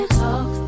talk